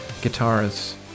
guitars